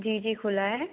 जी जी खुला है